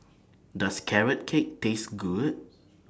Does Carrot Cake Taste Good